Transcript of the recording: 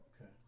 Okay